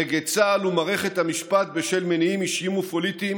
נגד צה"ל ונגד מערכת המשפט בשל מניעים אישיים ופוליטיים